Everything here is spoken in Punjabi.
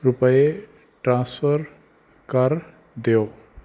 ਰੁਪਏ ਟ੍ਰਾਂਸਫਰ ਕਰ ਦਿਓ